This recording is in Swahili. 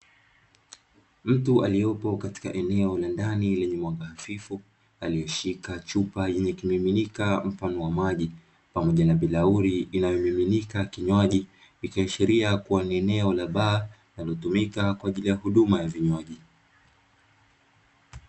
Mtu aliyepo katika eneo la ndani lenye mwaga hafifu, aliyeshika chupa yenye kumiminika mfano wa maji, pamoja na bilauri inayomiminika kinywaji; kikaashiria kuwa ni eneo la baa, ametumika kwa ajili ya huduma ya vinywaji.